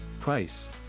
price